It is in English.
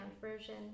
version